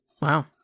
Wow